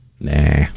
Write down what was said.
Nah